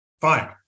Fine